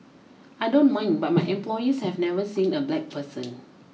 I don't mind but my employees have never seen a black person